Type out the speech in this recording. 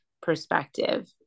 perspective